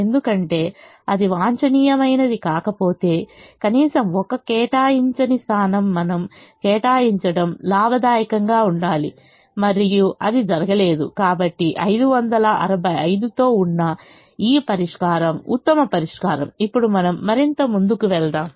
ఎందుకంటే అది వాంఛనీయమైనది కాకపోతే కనీసం ఒక కేటాయించని స్థానం మనము కేటాయించడం లాభదాయకంగా ఉండాలి మరియు అది జరగలేదు కాబట్టి 565 తో ఉన్న ఈ పరిష్కారం ఉత్తమ పరిష్కారం ఇప్పుడు మనం మరింత ముందుకు వెళ్దాం